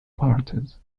parties